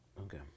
Okay